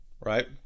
right